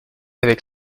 avec